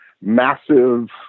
massive